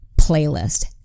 playlist